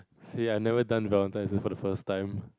see I've never done valentines' for the first time